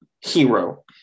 hero